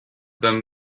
them